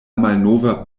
malnova